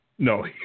No